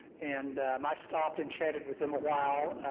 and um i stopped and chatted with them a while.